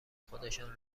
خودشان